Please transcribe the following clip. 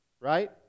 right